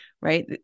right